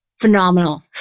phenomenal